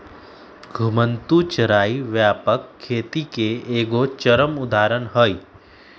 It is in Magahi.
घुमंतू चराई व्यापक खेती के एगो चरम उदाहरण हइ